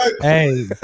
hey